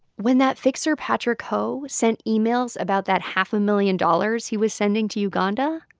when that fixer patrick ho sent emails about that half a million dollars he was sending to uganda.